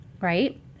right